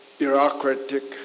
bureaucratic